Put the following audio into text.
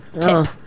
tip